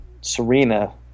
Serena